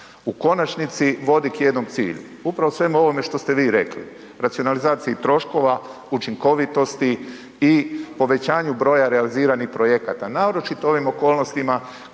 u konačnici vodi k jednom cilju, upravo ovome što ste vi rekli, racionalizaciji troškova, učinkovitosti i povećanju broja realiziranih projekata, naročito u ovim okolnostima